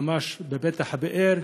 ממש בפתח הבאר,